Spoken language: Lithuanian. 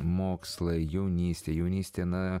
mokslai jaunystė jaunystė na